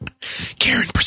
Karen